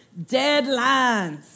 Deadlines